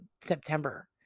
september